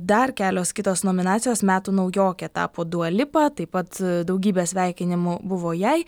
dar kelios kitos nominacijos metų naujoke tapo dua lipa taip pat daugybė sveikinimų buvo jai